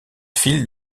file